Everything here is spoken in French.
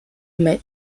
mais